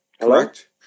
Correct